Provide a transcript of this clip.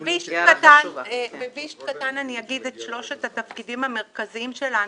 אני אגיד את שלושת התפקידים המרכזיים שלנו,